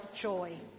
joy